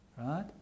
right